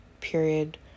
period